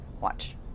Watch